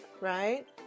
right